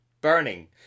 burning